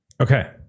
Okay